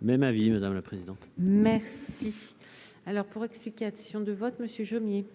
même avis madame la présidente merci alors pour explication de vote Monsieur Jomier.